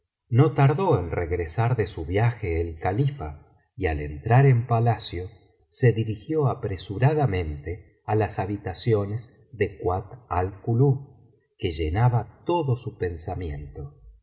no tardó en regresar de su viaje el califa y al entrar en palacio se dirigió apresuradamente á las habitaciones de kuat al kulub que llenaba todo su pensamiento